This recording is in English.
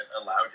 allowed